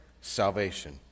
salvation